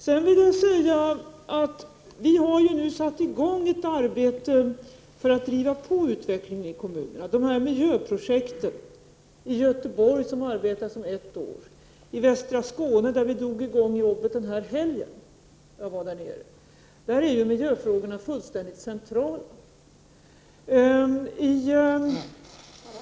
Sedan vill jag säga att vi nu har satt i gång ett arbete med miljöprojekt för att driva på utvecklingen ute i kommunerna. Ett sådant projekt finns sedan ett år tillbaka i Göteborg. I västra Skåne drog vi i gång arbetet den gångna helgen då jag var där nere. Där är miljöfrågorna helt centrala.